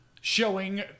showing